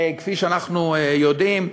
כפי שאנחנו יודעים,